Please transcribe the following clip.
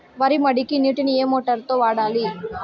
వరి మడికి నీటిని ఏ మోటారు తో వాడాలి?